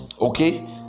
okay